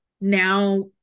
now